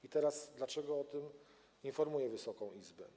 I teraz dlaczego o tym informuję Wysoką Izbę.